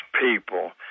people